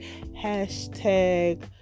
Hashtag